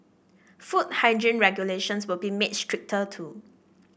food hygiene regulations will be made stricter too